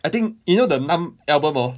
I think you know the numb album orh